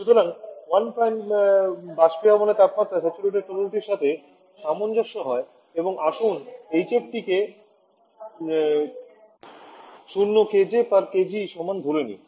সুতরাং 1 বাষ্পীভবনের তাপমাত্রায় স্যাচুরেটেড তরলটির সাথে সামঞ্জস্য হয় এবং আসুন এইচএফ টি কে 0 কেজে কেজি সমান বলে ধরে নিই